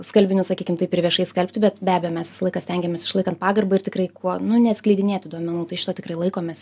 skalbinius sakykim taip ir viešai skalbti bet be abejo mes visą laiką stengiamės išlaikant pagarbą ir tikrai kuo nu neatskleidinėti duomenų tai šito tikrai laikomės